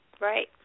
Right